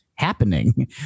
happening